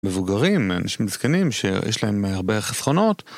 מבוגרים, אנשים עסקנים, שיש להם הרבה חסכונות.